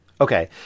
Okay